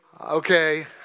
okay